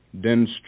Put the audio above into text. dense